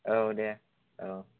औ दे औ